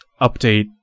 update